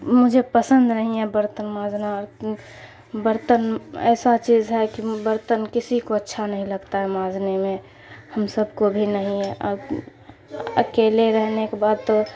مجھے پسند نہیں ہے برتن مانجھنا برتن ایسا چیز ہے کہ برتن کسی کو اچھا نہیں لگتا ہے مانجھنے میں ہم سب کو بھی نہیں ہے اکیلے رہنے کے بعد تو